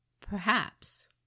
Perhaps